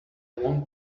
want